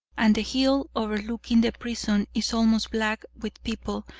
and the hill overlooking the prison is almost black with people,